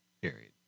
period